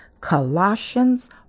Colossians